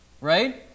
Right